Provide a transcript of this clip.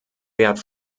wert